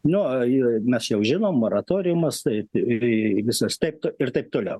nu yra mes jau žinom moratoriumas tai vi vis aspekto ir taip toliau